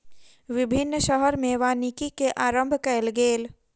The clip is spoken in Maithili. विभिन्न शहर में वानिकी के आरम्भ कयल गेल